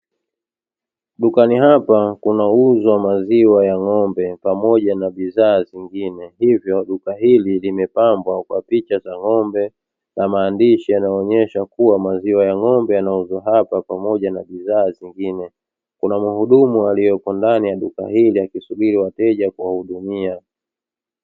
Dukani hapa kunauzwa maziwa ya ng'ombe pamoja na bidhaa nyingine, hivyo duka hili limepambwa kwa picha za ng'ombe na maandishi yanayoonyesha kubwa maziwa ya ng'ombe yanauzwa hapa pamoja na bidhaa nyingine, kuna mhudumu aliyepo ndani ya duka hili akisubiri wateja kuwahudumia.